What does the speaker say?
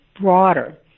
broader